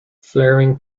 flaring